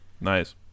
nice